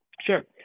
Sure